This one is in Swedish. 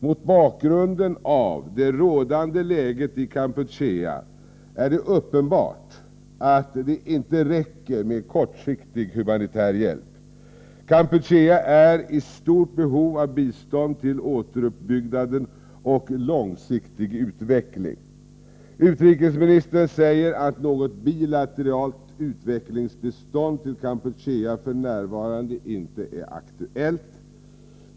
Mot bakgrund av det rådande läget i Kampuchea är det uppenbart att det inte räcker med kortsiktig humanitär hjälp. Kampuchea är i stort behov av bistånd till återuppbyggnaden och långsiktig utveckling. Utrikesministern säger att något bilateralt utvecklingsbistånd till Kampuchea f.n. inte är aktuellt.